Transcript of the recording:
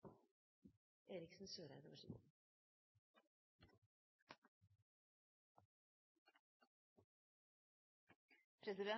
Jeg vil